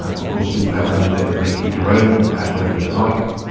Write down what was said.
um of course you'll play around with it and make it your own, add whatever you like.